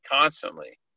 constantly